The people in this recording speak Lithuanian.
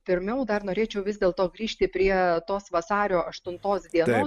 pirmiau dar norėčiau vis dėlto grįžti prie tos vasario aštuntos dienos